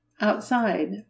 Outside